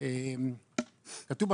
שמי